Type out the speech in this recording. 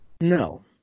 No